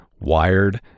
Wired